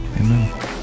Amen